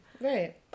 Right